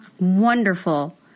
wonderful